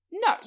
No